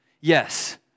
Yes